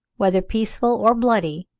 whether peaceful or bloody,